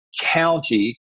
county